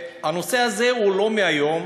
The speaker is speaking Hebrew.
והנושא הזה הוא לא מהיום.